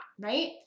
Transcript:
right